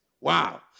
Wow